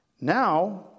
Now